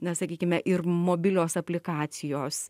na sakykime ir mobilios aplikacijos